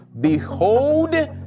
behold